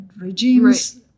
regimes